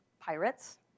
pirates